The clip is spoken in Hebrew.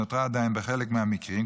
שנותרה עדיין בחלק מהמקרים,